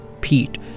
Pete